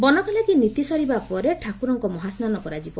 ବନକଲାଗି ନୀତି ସରିବା ପରେ ଠାକୁରଙ୍କ ମହାସ୍ବାନ କରାଯିବ